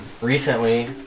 recently